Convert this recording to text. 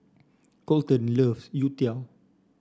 Colten love Youtiao